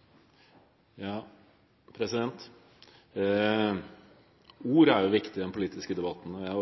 jeg